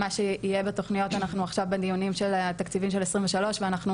מה שיהיה בתוכניות שאנחנו עכשיו בדיונים של תקציבים של 23 ואנחנו